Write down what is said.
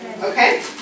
Okay